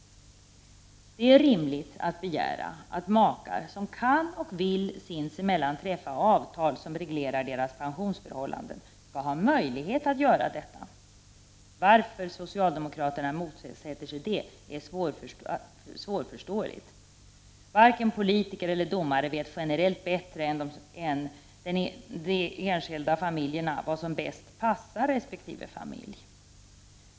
Det är rimligt att begära att makar som kan och vill sinsemellan träffa avtal som reglerar deras pensionsförhållanden skall ha möjlighet att göra detta. Varför socialdemokraterna motsätter sig detta är svårförståeligt. Varken politiker eller domare vet generellt bättre än de enskilda familjerna vad som bäst passar resp. familj.